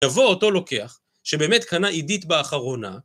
תבוא אותו לוקח, שבאמת קנה עידית באחרונה.